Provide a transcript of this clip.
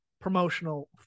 promotional